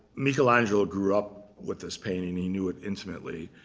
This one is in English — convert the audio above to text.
michelangelo grew up with this painting. he knew it intimately,